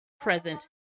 present